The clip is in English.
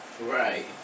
right